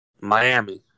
Miami